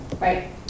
Right